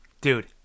Dude